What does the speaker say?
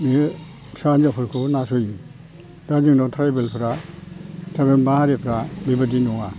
बे फिसा हिनजावफोरखौ नासयो दा जोंना ट्राइबेलफ्रा दा मोनबा हारिफ्रा बेबादि नङा